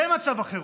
זה מצב החירום.